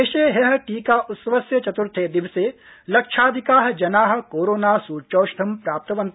देशे ह्य टीका उत्सवस्य चतृर्थे दिवसे लक्षाधिका जना कोरोना सूच्यौषधं प्राप्तवन्त